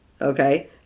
okay